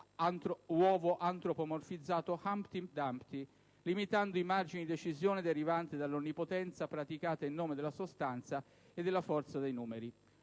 uovo antropomorfizzato Humpty Dumpty, limitando i margini di decisione derivante dall'onnipotenza praticata in nome della sostanza e della forza dei numeri.